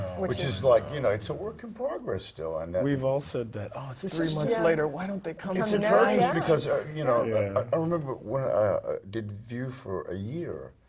which is like, you know, it's a work in progress still. and, we've all said that. oh, it's it's three months later, why don't they come tonight. it's ah yeah because, ah you know, i remember when i did view, for a year.